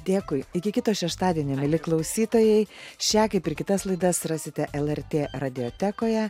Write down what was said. dėkui iki kito šeštadienio mieli klausytojai šią kaip ir kitas laidas rasite lrt radiotekoje